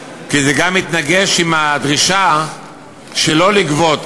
כי זה גם מתנגש עם הדרישה שלא לגבות.